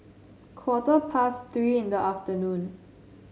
quarter past Three in the afternoon